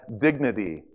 dignity